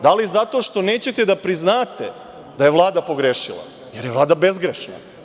Da li zato što nećete da priznate da je Vlada pogrešila, jer je Vlada bezgrešna?